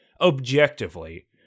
objectively